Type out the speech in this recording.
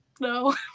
No